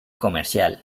comercial